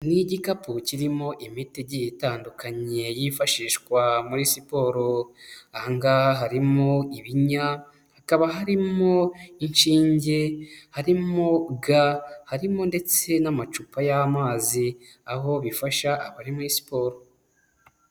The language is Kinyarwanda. Ni igikapu kirimo imiti igiye itandukanye yifashishwa muri siporo, aha ngaha harimo ibinya, hakaba harimo inshinge, harimo ga, harimo ndetse n'amacupa y'amazi, aho bifasha abari muri siporo.